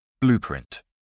Blueprint